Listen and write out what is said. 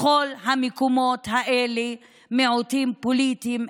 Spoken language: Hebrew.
בכל המקומות האלה מיעוטים פוליטיים,